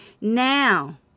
now